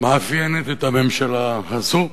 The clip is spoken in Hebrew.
מאפיינת את הממשלה הזאת,